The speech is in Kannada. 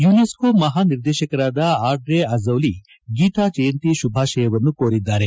ಯುನೆಸ್ಕೋ ಮಹಾ ನಿರ್ದೇಶಕರಾದ ಆಡ್ರೆ ಅಝೌಲಿ ಗೀತಾ ಜಯಂತಿ ಶುಭಾಶಯವನ್ನು ಕೋರಿದ್ದಾರೆ